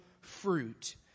fruit